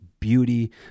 Beauty